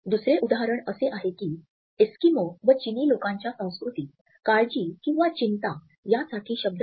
दुसरे उदाहरण असे आहे की एस्किमो व चिनी लोकांच्या संस्कृतीत काळजी किंवा चिंता यासाठी शब्द नाही